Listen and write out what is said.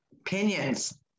Opinions